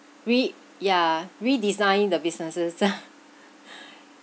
re~ yeah redesign the businesses